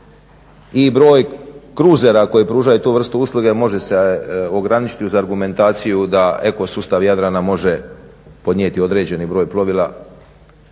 i broj crusera koji pružaju tu vrstu usluge može se ograničiti uz argumentaciju da eko sustav Jadrana može podnijeti određeni broj plovila